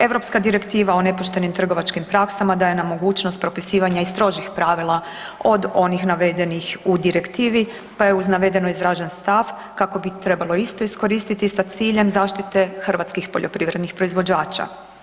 Europska direktiva o nepoštenim trgovačkim praksama daje nam mogućnost propisivanja i strožih pravila od onih navedenih u direktivi pa je uz navedeno izražen stav kako bi trebalo iste iskoristiti sa ciljem zaštite hrvatskih poljoprivrednih proizvođača.